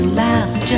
last